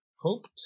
hoped